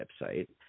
website